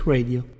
Radio